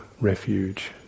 refuge